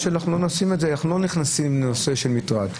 אנחנו לא נכנסים לנושא של מטרד,